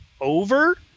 over